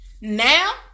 Now